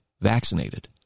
vaccinated